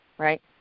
Right